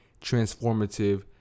transformative